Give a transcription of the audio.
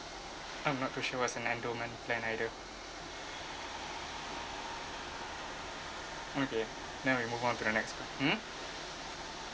I'm not too sure what's an endowment plan either okay then we move on to the next one mm